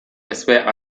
expert